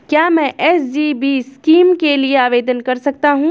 क्या मैं SGB scheme के लिए आवेदन कर सकता हूँ?